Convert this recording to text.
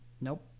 nope